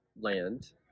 land